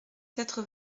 quatre